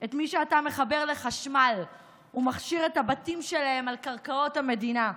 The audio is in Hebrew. את מי שאתה מחבר לחשמל ומכשיר את הבתים שלהם על קרקעות המדינה.